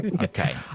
Okay